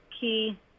key